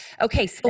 Okay